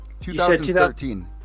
2013